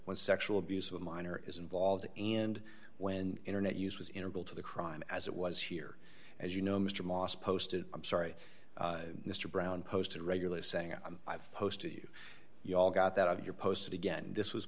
when sexual abuse of a minor is involved and when internet use was integral to the crime as it was here as you know mr moss posted i'm sorry mr brown posted regularly saying i've posted you you all got that out of your posts again this was